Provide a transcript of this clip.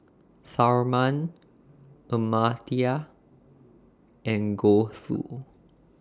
Tharman Amartya and Gouthu